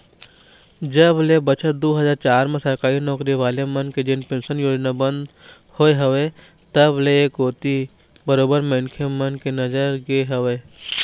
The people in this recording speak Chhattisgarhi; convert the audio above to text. अउ जब ले बछर दू हजार चार म सरकारी नौकरी वाले मन के जेन पेंशन योजना बंद होय हवय तब ले ऐ कोती बरोबर मनखे मन के नजर गे हवय